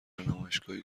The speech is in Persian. نمایشگاهی